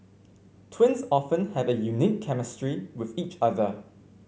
twins often have a unique chemistry with each other